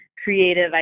creative